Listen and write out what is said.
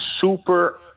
super